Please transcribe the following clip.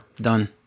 Done